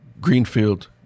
greenfield